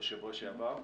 בשבוע שעבר.